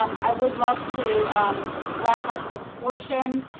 um i would love to wrap up this portion.